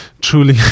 truly